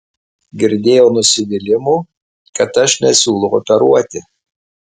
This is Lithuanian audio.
girdėjau nusivylimų kad aš nesiūlau operuoti